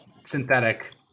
synthetic